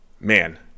Man